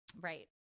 Right